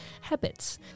habits